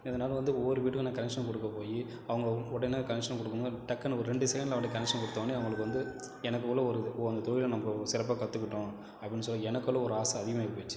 இதனால் வந்து ஒவ்வொரு வீட்டுக்கும் நான் கனெக்ஷன் கொடுக்க போகி அவங்க உடனே கனெக்ஷன் கொடுக்கணும் டக்குன்னு ஒரு ரெண்டு செகண்டில் அவங்க வீட்டுக்கு கனெக்ஷன் கொடுத்த உடனே அவங்களுக்கு வந்து எனக்குள்ளே ஒரு ஓ அந்த தொழில் நம்ம சிறப்பாக கத்துக்கிட்டோம் அப்படின்னு சொல்லி எனக்குள்ளே ஒரு ஆசை அதிகமாகி போச்சு